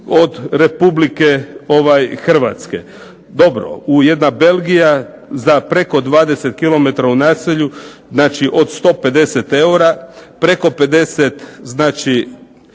od Republike Hrvatske. Dobro, jedna Belgija za preko 20 km u naselju znači od 150 eura preko 50 znači